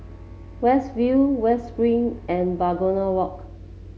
West View West Spring and Begonia Walk